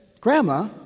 Grandma